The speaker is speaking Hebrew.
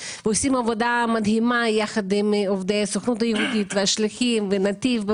עושים עבודה מדהימה יחד עם עובדי הסוכנות היהודית והשליחים ונתיב.